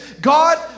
God